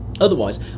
Otherwise